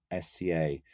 SCA